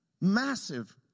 massive